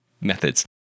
methods